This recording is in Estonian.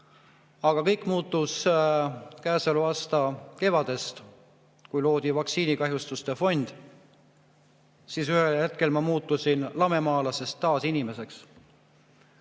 Aga kõik muutus käesoleva aasta kevadest, kui loodi vaktsiinikahjustuste fond. Siis ühel hetkel muutusin ma lamemaalasest taas inimeseks.